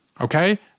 okay